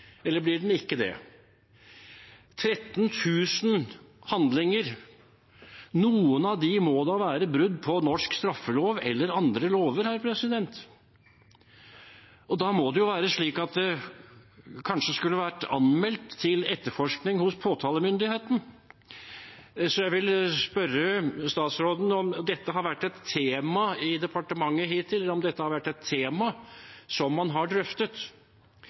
eller blir den ikke det? Av 13 000 handlinger må da noen være brudd på norsk straffelov eller andre lover, og da må det jo være slik at de kanskje skulle vært anmeldt til etterforskning hos påtalemyndighetene. Jeg vil spørre statsråden om dette har vært et tema i departementet hittil, om det har vært et tema man har drøftet.